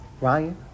Ryan